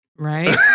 Right